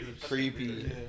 creepy